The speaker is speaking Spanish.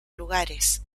lugares